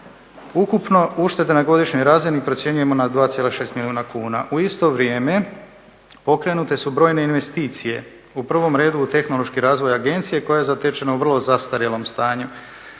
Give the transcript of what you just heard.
Ukupno ušteda na godišnjoj razini procjenjujemo na 2,6 milijuna kuna. U isto vrijeme pokrenute su brojne investicije u prvom redu u tehnološki razvoj agencije koja je zatečena u vrlo zastarjelom stanju.